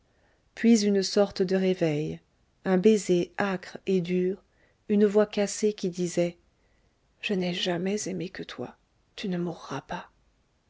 puis une sorte de réveil un baiser âcre et dur une voix cassée qui disait je n'ai jamais aimé que toi tu ne mourras pas